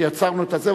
שיצרנו את זה,